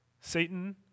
Satan